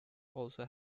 also